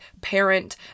parent